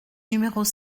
numéros